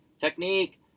technique